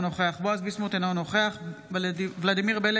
אינו נוכח ואליד אלהואשלה,